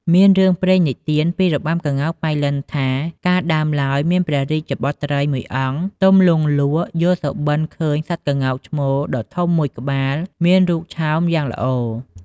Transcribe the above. មានរឿងព្រេងនិទានពីរបាំក្ងោកប៉ៃលិនថា កាលដើមឡើយ មានព្រះរាជបុត្រីមួយអង្គផ្ទំលង់លក់ យល់សុបិន្តឃើញសត្វក្ងោកឈ្មោលដ៏ធំមួយក្បាលមានរូបឆោមយ៉ាងល្អ។